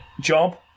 job